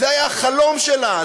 וזה היה החלום שלה,